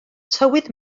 tywydd